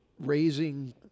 raising